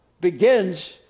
begins